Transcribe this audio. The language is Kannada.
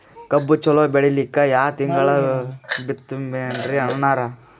ಕಬ್ಬು ಚಲೋ ಬೆಳಿಲಿಕ್ಕಿ ಯಾ ತಿಂಗಳ ಬಿತ್ತಮ್ರೀ ಅಣ್ಣಾರ?